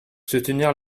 soutenir